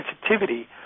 sensitivity